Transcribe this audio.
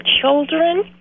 children